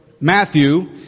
Matthew